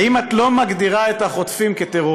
האם את לא מגדירה את החוטפים כטרוריסטים?